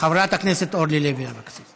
חברת הכנסת אורלי לוי אבקסיס.